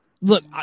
Look